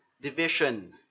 division